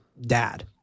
dad